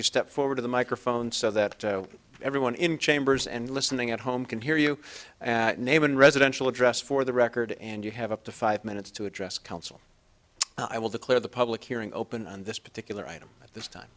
you step forward to the microphone so that everyone in chambers and listening at home can hear you name and residential address for the record and you have up to five minutes to address counsel i will declare the public hearing open and this particular item at this time